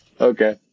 Okay